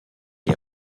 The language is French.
est